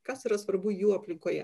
kas yra svarbu jų aplinkoje